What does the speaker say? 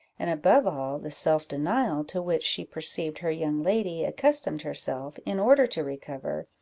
and, above all, the self-denial to which she perceived her young lady accustomed herself, in order to recover,